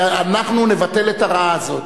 שאנחנו נבטל את הרעה הזאת.